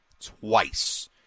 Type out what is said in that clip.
twice